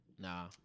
Nah